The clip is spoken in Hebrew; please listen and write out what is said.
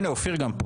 הנה אופיר גם פה.